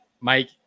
Mike